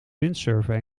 windsurfen